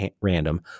random